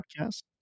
Podcast